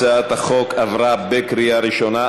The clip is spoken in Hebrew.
הצעת החוק עברה בקריאה ראשונה.